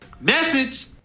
Message